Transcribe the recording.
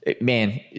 man